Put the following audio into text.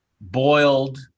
Boiled